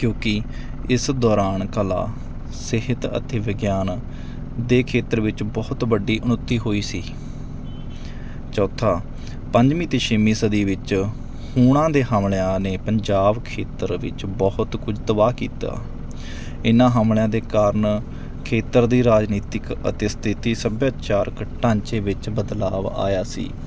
ਕਿਉਂਕਿ ਇਸ ਦੌਰਾਨ ਕਲਾ ਸਿਹਤ ਅਤੇ ਵਿਗਿਆਨ ਦੇ ਖੇਤਰ ਵਿੱਚ ਬਹੁਤ ਵੱਡੀ ਉੱਨਤੀ ਹੋਈ ਸੀ ਚੌਥਾ ਪੰਜਵੀਂ ਅਤੇ ਛੇਵੀਂ ਸਦੀ ਵਿੱਚ ਹੋਣਾਂ ਦੇ ਹਮਲਿਆਂ ਨੇ ਪੰਜਾਬ ਖੇਤਰ ਵਿੱਚ ਬਹੁਤ ਕੁਝ ਤਬਾਹ ਕੀਤਾ ਇਹਨਾਂ ਹਮਲਿਆਂ ਦੇ ਕਾਰਨ ਖੇਤਰ ਦੀ ਰਾਜਨੀਤਿਕ ਅਤੇ ਸਥਿਤੀ ਸੱਭਿਆਚਾਰਕ ਢਾਂਚੇ ਵਿੱਚ ਬਦਲਾਵ ਆਇਆ ਸੀ